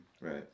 Right